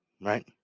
right